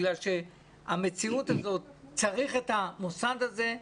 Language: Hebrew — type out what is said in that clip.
המציאות היא שצריך את המוסד הזה.